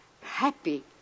happy